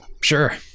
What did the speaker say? sure